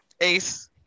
Ace